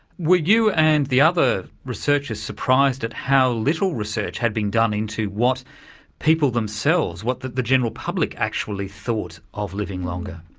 were you and the other researchers surprised at how little research had been done into what people themselves, what the the general public actually thought of living longer?